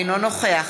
אינו נוכח